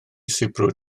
sibrwd